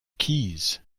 keys